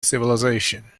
civilization